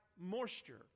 moisture